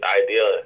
idea